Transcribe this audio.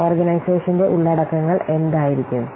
ഓർഗനൈസേഷന്റെ ഉള്ളടക്കങ്ങൾ എന്തായിരിക്കും